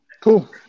cool